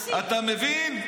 אתה מבין?